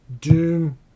Doom